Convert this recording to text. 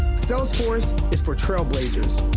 salesforce is for trailblazers,